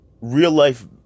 real-life